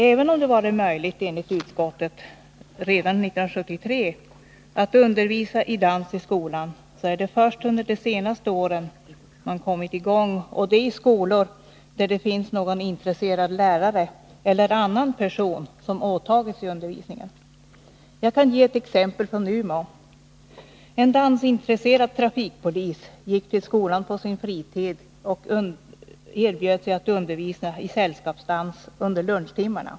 Även om det enligt utskottet varit möjligt redan 1973 att undervisa i dans i skolan, så är det först under de senaste åren man kommit i gång, och det bara i skolor där det finns någon intresserad lärare eller annan person som åtagit sig undervisningen. Jag kan ge ett exempel från Umeå. En dansintresserad trafikpolis gick till skolan på sin fritid och erbjöd sig att undervisa i sällskapsdans under lunchtimmarna.